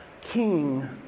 king